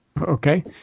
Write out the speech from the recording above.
Okay